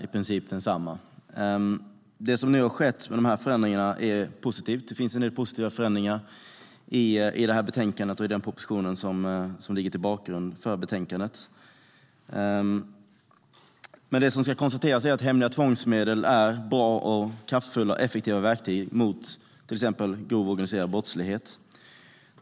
De förändringar som nu har skett är positiva. Det finns en del positiva förändringar i betänkandet och i propositionen som är bakgrund för betänkandet. Men det ska konstateras att hemliga tvångsmedel är bra, kraftfulla och effektiva verktyg mot till exempel grov organiserad brottslighet.